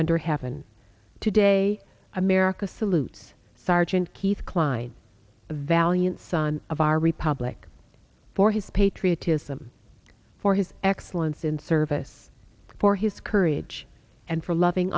under heaven today america salutes sergeant keith klein a valiant son of our republic for his patriotism for his excellence in service for his courage and for loving